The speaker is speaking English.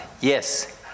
Yes